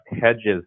hedges